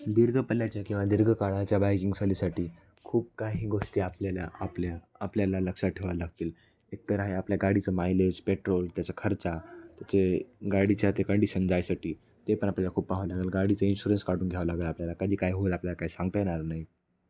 दीर्घपल्ल्याच्या किंवा दीर्घकाळाच्या बाईकिंग सहलीसाठी खूप काही गोष्टी आपल्याला आपल्या आपल्याला लक्षात ठेवा लागतील एकतर आहे आपल्या गाडीचं मायलेज पेट्रोल त्याचा खर्च त्याचे गाडीच्या ते कंडिशन जायसाठी ते पण आपल्याला खूप पहावं लागेल गाडीचं इन्शुरन्स काढून घ्यावं लागेल आपल्याला कधी काय होईल आपल्याला काय सांगता येणार नाही